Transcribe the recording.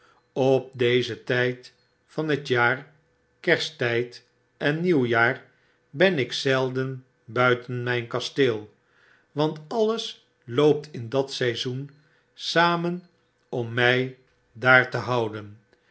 op dezen tyd van hetjaar kersttyd en nieuwjaar ben ik zelden buiten myn kasteel want alles loopt in dat seizoen samen oro my daar te houden